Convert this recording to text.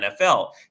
NFL